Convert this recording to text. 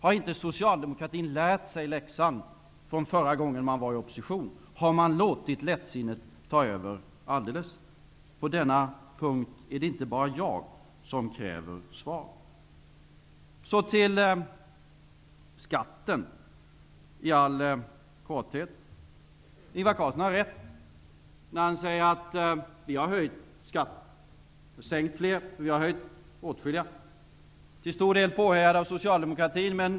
Har inte Socialdemokraterna lärt sig läxan från förra gången man var i opposition? Har man låtit lättsinnet ta över alldeles? På denna punkt är det inte bara jag som kräver svar. Ingvar Carlsson har rätt när han säger att vi har höjt skatter. Vi har sänkt fler, men vi har höjt åtskilliga. Detta har vi till stor del gjort påhejade av socialdemokratin.